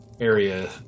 area